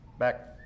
Back